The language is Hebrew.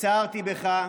הפצרתי בך,